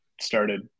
started